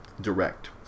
direct